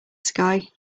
sky